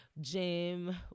gym